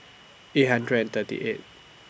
eight hundred and thirty eight